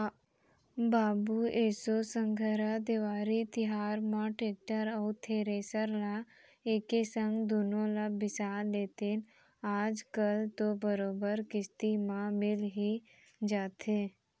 बाबू एसो संघरा देवारी तिहार म टेक्टर अउ थेरेसर ल एके संग दुनो ल बिसा लेतेन आज कल तो बरोबर किस्ती म मिल ही जाथे